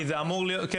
נכון,